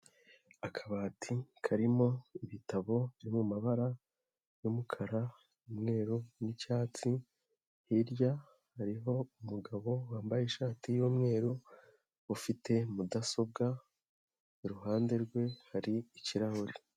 Akabati karimo ibitabo biri mu mabara y'umukara, umweruru n'icyatsi, hirya hariho umugabo wambaye ishati y'umweru, ufite mudasobwa, iruhande rwe hari ikirahure.